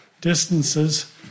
distances